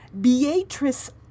Beatrice